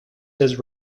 his